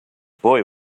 boy